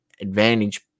advantage